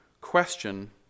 question